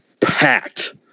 packed